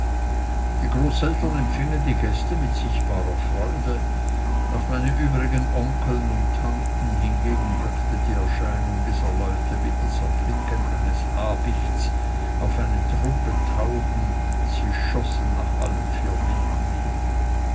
die großeltern empfingen die gäste mit sichtbarer freude auf meine übrigen onkeln und tanten hingegen wirkte die erscheinung dieser leute wie das erblicken eines habichts auf eine truppe tauben sie schossen nach allen vier winden hin